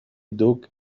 دوگ